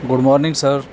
good morning sir